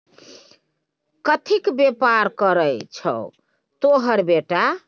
कथीक बेपार करय छौ तोहर बेटा?